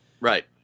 Right